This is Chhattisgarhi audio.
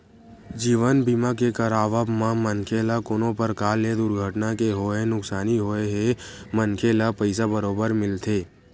जीवन बीमा के करवाब म मनखे ल कोनो परकार ले दुरघटना के होय नुकसानी होए हे मनखे ल पइसा बरोबर मिलथे